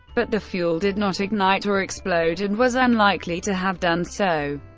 but the fuel did not ignite or explode, and was unlikely to have done so.